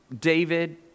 David